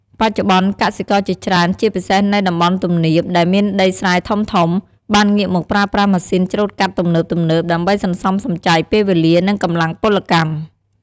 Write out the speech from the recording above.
បច្ចុប្បន្ន កសិករជាច្រើន ជាពិសេសនៅតំបន់ទំនាប ដែលមានដីស្រែធំៗ បានងាកមកប្រើប្រាស់ម៉ាស៊ីនច្រូតកាត់ទំនើបៗ ដើម្បីសន្សំសំចៃពេលវេលា និងកម្លាំងពលកម្ម។